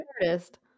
artist